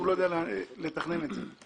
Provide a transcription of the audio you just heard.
שלא יודע לתכנן את זה.